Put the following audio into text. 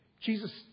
Jesus